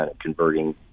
converting